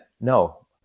No